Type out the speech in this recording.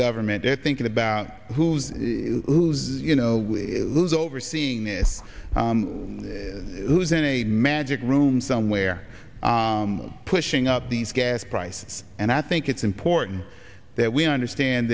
government they're thinking about who's who's you know who's overseeing this who's in a magic room somewhere pushing up these gas prices and i think it's important that we understand